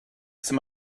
some